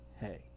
hey